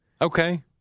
Okay